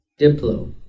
Diplo